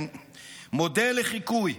מודל לחיקוי.